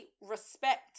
respect